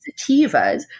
sativas